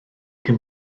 cyn